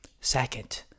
Second